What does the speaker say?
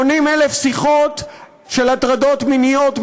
80,000 שיחות של הטרדות מיניות,